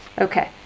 Okay